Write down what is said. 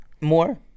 more